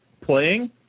playing